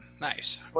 Nice